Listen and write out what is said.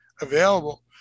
available